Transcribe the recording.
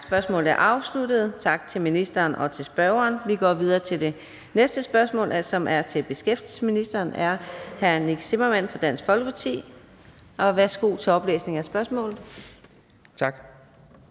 Spørgsmålet er afsluttet. Tak til ministeren og til spørgeren. Vi går videre til det næste spørgsmål, som er til beskæftigelsesministeren af hr. Nick Zimmermann fra Dansk Folkeparti. Kl. 13:37 Spm. nr.